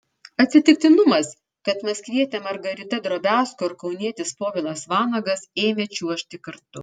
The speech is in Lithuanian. atsitiktinumas kad maskvietė margarita drobiazko ir kaunietis povilas vanagas ėmė čiuožti kartu